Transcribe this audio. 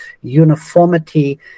uniformity